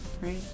right